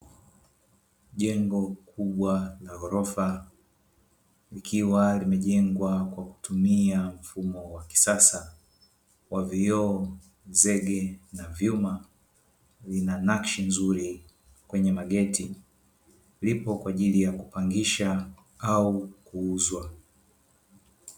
Jengo kubwa la ghorofa likiwa limejengwa kwa kutumia mfumo wa kisasa wa vioo, zege na vyuma; lina nakshi nzuri kwenye mageti; lipo kwa ajili ya kupangisha au kuuzwa.